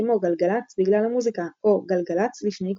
כמו "גלגלצ – בגלל המוזיקה" או "גלגלצ – לפני כולם".